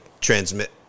transmit